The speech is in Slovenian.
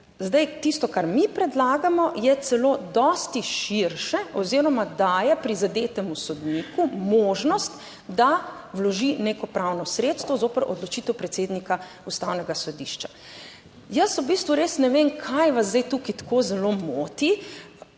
tisto, kar mi predlagamo, je celo dosti širše oziroma daje prizadetemu sodniku možnost, da vloži neko pravno sredstvo zoper odločitev predsednika Ustavnega sodišča. Jaz v bistvu res ne vem, kaj vas zdaj tukaj tako zelo moti.